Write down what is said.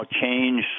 change